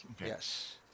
Yes